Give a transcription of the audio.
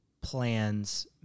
plans